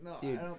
Dude